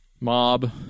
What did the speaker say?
mob